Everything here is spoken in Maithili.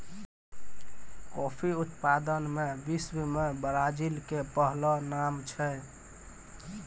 कॉफी उत्पादन मॅ विश्व मॅ ब्राजील के पहलो नाम छै